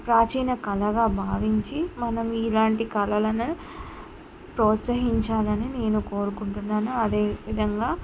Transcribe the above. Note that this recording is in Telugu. ప్రాచీన కళగా భావించి మనం ఇలాంటి కళలను ప్రోత్సహించాలని నేను కోరుకుంటున్నాను అదే విధంగా